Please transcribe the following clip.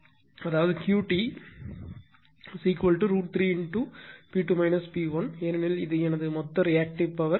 எனவே Q T √ 3 P2 P1 ஏனெனில் இது எனது மொத்த ரியாக்ட்டிவ் பவர் √ 3 VL √ sin